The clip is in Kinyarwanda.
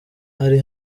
ari